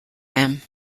them